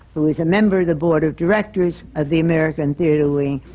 who is a member of the board of directors of the american theatre wing,